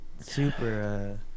Super